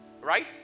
right